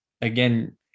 again